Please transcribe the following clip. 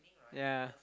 ya